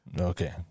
Okay